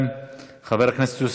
חבר הכנסת דודו אמסלם.